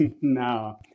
No